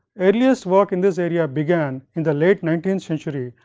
earliest work in this area began in the late nineteenth century,